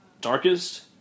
darkest